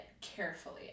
carefully